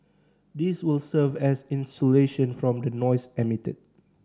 this will serve as insulation from the noise emitted